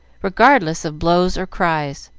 regardless of blows or cries,